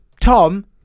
Tom